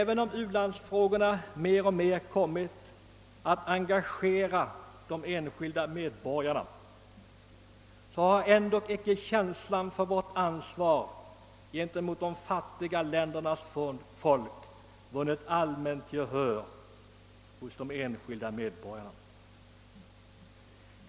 Även om u-landsfrågorna mer och mer kommit att engagera de enskilda medborgarna har ändock inte känslan för vårt ansvar gentemot de fattiga ländernas folk vunnit allmänt gehör hos de enskilda medborgarna.